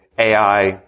AI